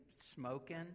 smoking